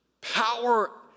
power